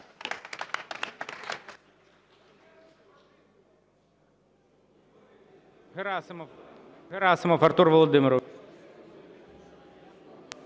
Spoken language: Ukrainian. Герасимов Артур Володимирович.